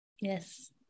Yes